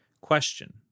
Question